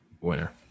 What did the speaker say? winner